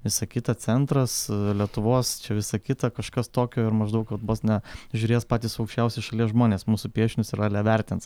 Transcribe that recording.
visa kita centras lietuvos čia visa kita kažkas tokio ir maždaug kad vos ne žiūrės patys aukščiausi šalies žmonės mūsų piešinius ir ale vertins